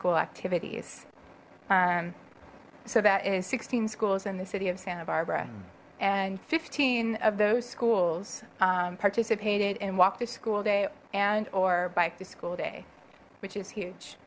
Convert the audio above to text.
school activities so that is sixteen schools in the city of santa barbara and fifteen of those schools participated in walk to school day and or bike to school day which is huge